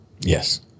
Yes